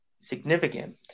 significant